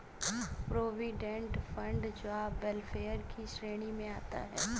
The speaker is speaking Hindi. प्रोविडेंट फंड जॉब वेलफेयर की श्रेणी में आता है